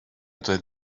doedd